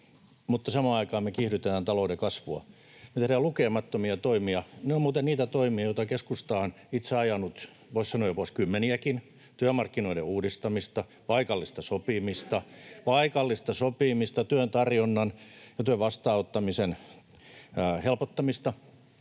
mutta samaan aikaan me kiihdytetään talouden kasvua. Me tehdään lukemattomia toimia. Ne ovat muuten niitä toimia, joita keskusta on itse ajanut, voisi sanoa, jo vuosikymmeniäkin: työmarkkinoiden uudistamista, paikallista sopimista, [Anne Kalmarin välihuuto] työn tarjonnan ja työn vastaanottamisen helpottamista